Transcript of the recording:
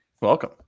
Welcome